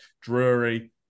Drury